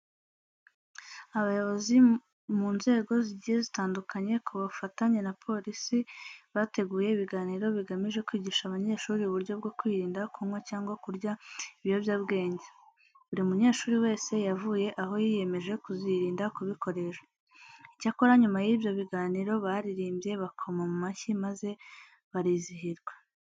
Abayobozi mu nzego zigiye zitandukanye ku bufatanye na polisi bateguye ibiganiro bigamije kwigisha abanyeshuri uburyo bwo kwirinda kunywa cyangwa kurya ibiyobyabwenge. Buri munyeshuri wese yavuye aho yiyemeje kuzirinda kubikoresha. Icyakora nyuma y'ibyo biganiro baririmbye, bakoma mu mashyi maze barizihirwa.